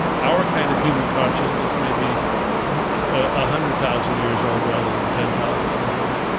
our kind of human consciousness may be a hundred thousand years old rather than ten thousand years old,